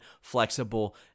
flexible